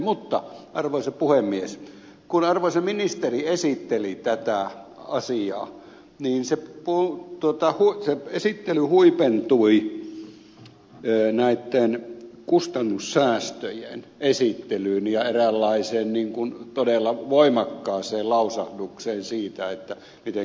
mutta arvoisa puhemies kun arvoisa ministeri esitteli tätä asiaa niin se on totta kuten esittely huipentui näitten kustannussäästöjen esittelyyn ja eräänlaiseen todella voimakkaaseen lausahdukseen siitä mitenkä kustannussäästöjä syntyy